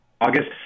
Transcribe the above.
August